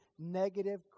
Negative